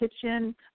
kitchen